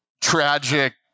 tragic